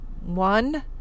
One